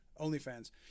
OnlyFans